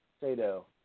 Sado